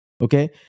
okay